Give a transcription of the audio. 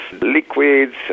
liquids